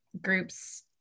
groups